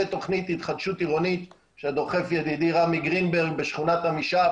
ותוכנית התחדשות עירונית שדוחף ידידי רמי גרינברג בשכונת עמישב